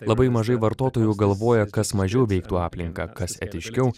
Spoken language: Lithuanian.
labai mažai vartotojų galvoja kas mažiau veiktų aplinką kas etiškiau